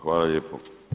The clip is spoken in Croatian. Hvala lijepo.